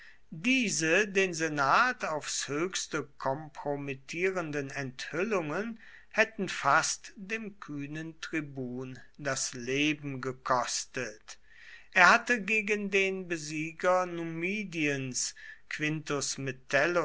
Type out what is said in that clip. diese den senat aufs höchste kompromittierenden enthüllungen hätten fast dem kühnen tribun das leben gekostet er hatte gegen den besieger numidiens quintus